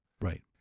Right